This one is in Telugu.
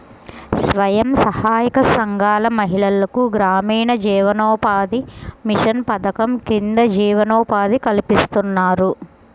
స్వయం సహాయక సంఘాల మహిళలకు గ్రామీణ జీవనోపాధి మిషన్ పథకం కింద జీవనోపాధి కల్పిస్తున్నారు